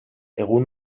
egun